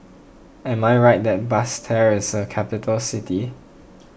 am I right that Basseterre is a capital city